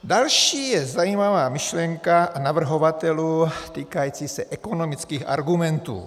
Další je zajímavá myšlenka navrhovatelů týkající se ekonomických argumentů.